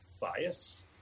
bias